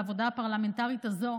בעבודה הפרלמנטרית הזו,